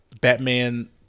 Batman